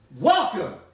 welcome